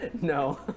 no